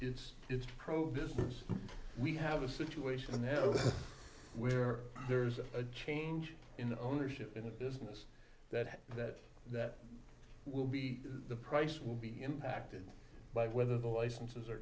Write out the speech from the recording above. it's it's pro business we have a situation there where there's a change in the ownership in the business that that that will be the price will be impacted by whether the licenses